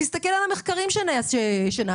תסתכל על המחקרים שנעשים,